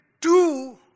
two